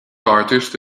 artist